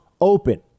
open